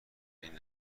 این